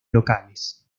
locales